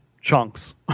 chunks